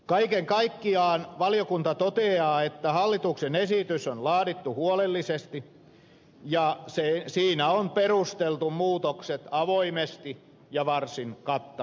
kaiken kaikkiaan valiokunta toteaa että hallituksen esitys on laadittu huolellisesti ja siinä on perusteltu muutokset avoimesti ja varsin kattavasti